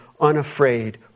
unafraid